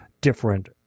different